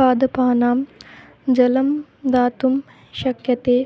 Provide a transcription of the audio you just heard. पादपानां जलं दातुं शक्यते